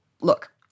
look